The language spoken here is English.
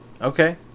Okay